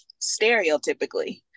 stereotypically